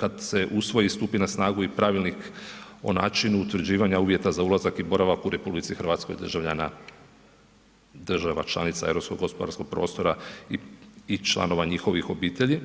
kad se usvoji i stupi na snagu i Pravilnik o načinu utvrđivanja uvjeta za ulazak i boravak u RH državljana država članica Europskog gospodarskog prostora i članova njihovih obitelji.